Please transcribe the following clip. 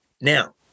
Now